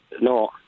No